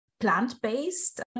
plant-based